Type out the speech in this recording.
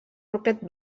roquet